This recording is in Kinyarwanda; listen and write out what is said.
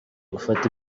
gufata